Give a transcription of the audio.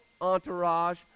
entourage